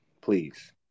please